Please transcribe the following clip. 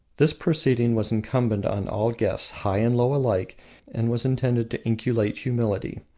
this proceeding was incumbent on all guests high and low alike and was intended to inculcate humility.